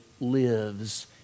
lives